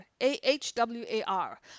A-H-W-A-R